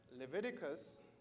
Leviticus